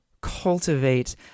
cultivate